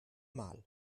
mal